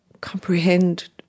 comprehend